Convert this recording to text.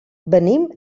venim